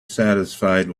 satisfied